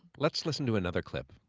let's listen to another clip.